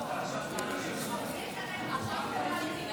לוועדה שתקבע ועדת הכנסת